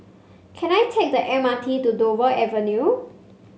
can I take the M R T to Dover Avenue